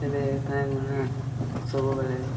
ଏବେ କାହିଁକିନା ସବୁବେଳେ